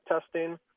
testing